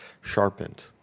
sharpened